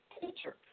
teacher